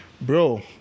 Bro